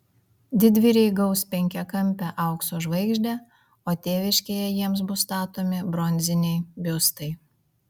didvyriai gaus penkiakampę aukso žvaigždę o tėviškėje jiems bus statomi bronziniai biustai